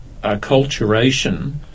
acculturation